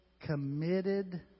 committed